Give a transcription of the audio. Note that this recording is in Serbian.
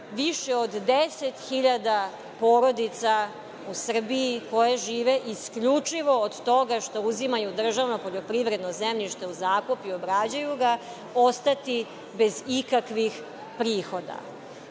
više od 10 hiljada porodica u Srbiji, koje žive isključivo od toga što uzimaju državna poljoprivredna zemljišta u zakup i obrađuju ga, ostati bez ikakvih prihoda. Ta